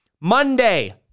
Monday